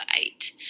eight